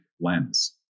lens